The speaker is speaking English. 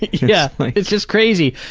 yeah. it's just crazy.